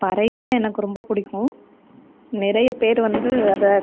பறை தான் எனக்கு ரொம்ப பிடிக்கும் நிறைய பேர் வந்து அதை